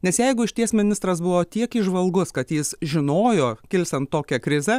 nes jeigu išties ministras buvo tiek įžvalgus kad jis žinojo kilsiant tokią krizę